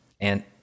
And-